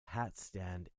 hatstand